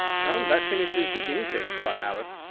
come, that finishes the guinea-pigs! thought alice.